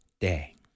day